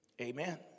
Amen